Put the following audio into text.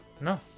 No